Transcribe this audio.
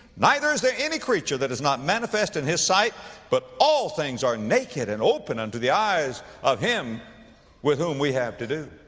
neither is there any creature that is not manifest in his sight but all things are naked and opened unto the eyes of him with whom we have to do.